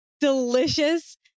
delicious